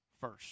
first